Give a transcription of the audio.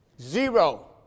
Zero